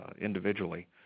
individually